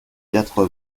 quatre